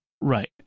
Right